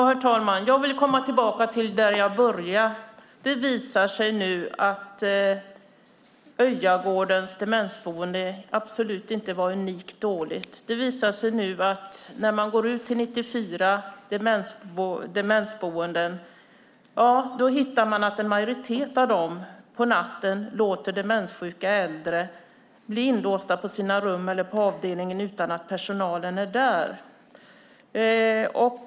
Herr talman! Jag vill komma tillbaka till det jag började med. Det visar sig nu att Öjagårdens demensboende inte alls var unikt dåligt. När man nu har gått ut till 94 demensboenden har man funnit att man vid en majoritet av dem på natten låter demenssjuka äldre bli inlåsta på sina rum eller på avdelningen utan att personalen är där.